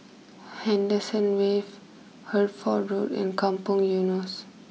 Henderson Wave Hertford Road and Kampong Eunos